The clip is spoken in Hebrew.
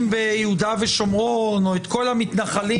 ביהודה ושומרון או את כל המתנחלים.